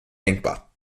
denkbar